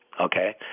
Okay